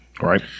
right